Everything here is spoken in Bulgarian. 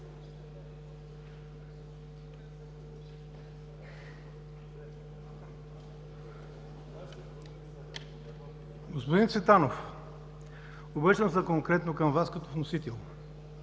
Господин Цветанов, обръщам се конкретно към Вас като вносител.